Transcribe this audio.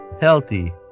healthy